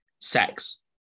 sex